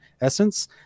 essence